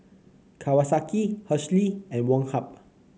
Kawasaki Hershely and Woh Hup